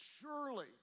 surely